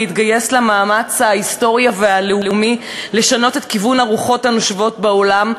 להתגייס למאמץ ההיסטורי והעולמי לשנות את כיוון הרוחות הנושבות בעולם,